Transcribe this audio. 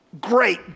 great